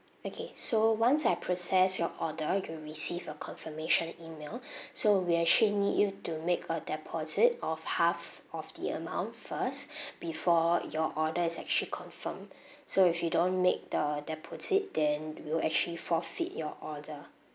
okay so once I process your order you'll receive a confirmation email so we actually need you to make a deposit of half of the amount first before your order is actually confirmed so if you don't make the deposit then we'll actually forfeit your order